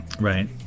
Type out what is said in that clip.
Right